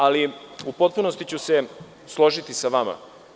Ali, u potpunosti ću se složiti sa vama.